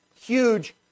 huge